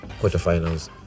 quarterfinals